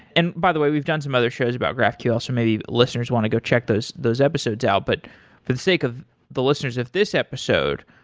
and by the way we've done some other shows about graphql, so maybe listeners want to go check those those episodes out. but for the sake of the listeners of this episode,